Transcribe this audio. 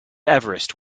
everest